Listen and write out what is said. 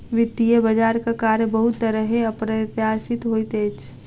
वित्तीय बजारक कार्य बहुत तरहेँ अप्रत्याशित होइत अछि